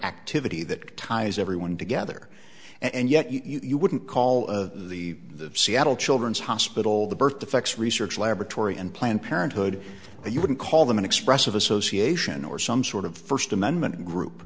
activity that ties everyone together and yet you wouldn't call of the the seattle children's hospital the birth defects research laboratory and planned parenthood but you wouldn't call them an expressive association or some sort of first amendment group